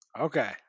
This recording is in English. Okay